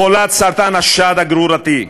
חולת סרטן שד גרורתי,